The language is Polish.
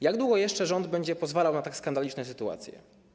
Jak długo jeszcze rząd będzie pozwalał na tak skandaliczne sytuacje?